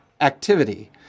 activity